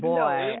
Boy